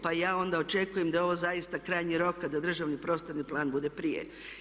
Pa ja onda očekujem da je ovo zaista krajnji rok da državni prostorni plan bude prije.